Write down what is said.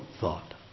thought